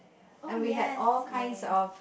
oh yes yay